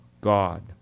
God